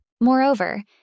Moreover